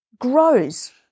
grows